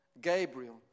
Gabriel